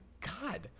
god